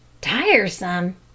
tiresome